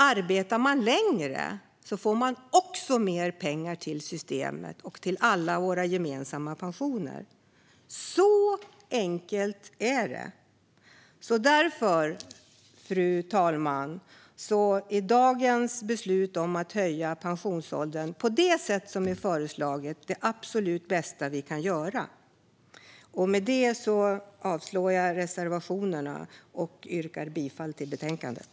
Arbetar man längre kommer också mer pengar till systemet och till våra gemensamma pensioner. Så enkelt är det. Fru talman! Dagens beslut att höja pensionsåldern på det sätt som vi föreslagit är det absolut bästa beslut vi kan fatta. Med detta yrkar jag avslag på reservationerna och bifall till utskottets förslag i betänkandet.